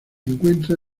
encuentra